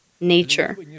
nature